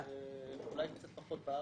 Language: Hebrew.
אולי קצת פחות בארץ.